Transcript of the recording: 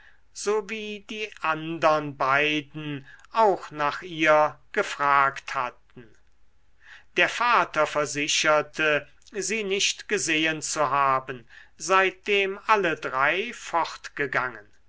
friedriken sowie die andern beiden auch nach ihr gefragt hatten der vater versicherte sie nicht gesehen zu haben seitdem alle drei